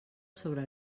sobre